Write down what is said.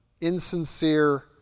insincere